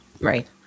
Right